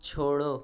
छोड़ो